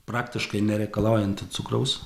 praktiškai nereikalaujanti cukraus